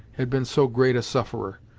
had been so great a sufferer.